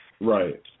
right